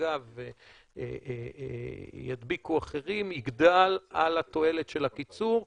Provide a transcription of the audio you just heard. במגע וידביקו אחרים יגדל על התועלת של הקיצור.